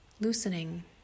loosening